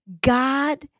God